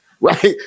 right